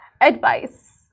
advice